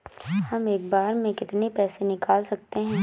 हम एक बार में कितनी पैसे निकाल सकते हैं?